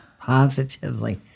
Positively